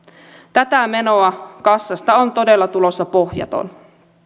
tätä menoa kassasta on todella tulossa pohjaton